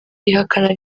ihakana